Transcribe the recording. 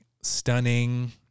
stunning